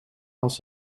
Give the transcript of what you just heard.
als